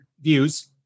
views